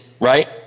right